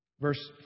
Verse